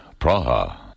Praha